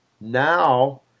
Now